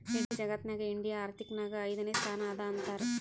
ಇಡಿ ಜಗತ್ನಾಗೆ ಇಂಡಿಯಾ ಆರ್ಥಿಕ್ ನಾಗ್ ಐಯ್ದನೇ ಸ್ಥಾನ ಅದಾ ಅಂತಾರ್